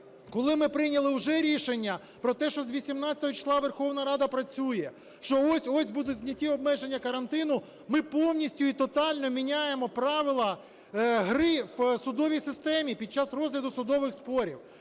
коли ми прийняли уже рішення про те, що з 18 числа Верховна Рада працює, що ось-ось будуть зняті обмеження карантину, ми повністю і тотально міняємо правила гри в судовій системі під час розгляду судових спорів.